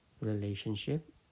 relationship